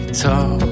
talk